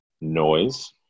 noise